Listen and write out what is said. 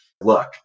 look